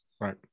Right